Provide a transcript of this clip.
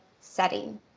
setting